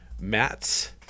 Matt